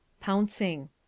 Pouncing